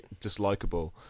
dislikable